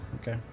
Okay